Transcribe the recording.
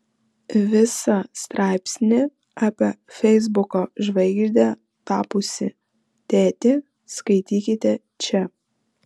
visą straipsnį apie feisbuko žvaigžde tapusį tėtį skaitykite čia